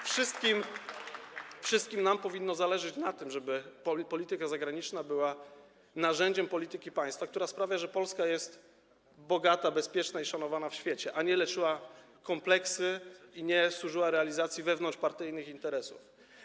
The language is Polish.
Wszystkim nam powinno zależeć na tym, żeby polityka zagraniczna była narzędziem polityki państwa, która sprawia, że Polska jest bogata, bezpieczna i szanowana w świecie, a nie leczyła kompleksy i służyła realizacji wewnątrzpartyjnych interesów.